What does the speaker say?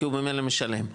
כי הוא ממילא משלם.